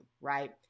right